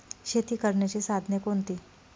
शेती करण्याची साधने कोणती?